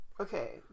Okay